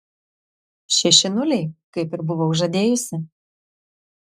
šeši nuliai kaip ir buvau žadėjusi